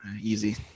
Easy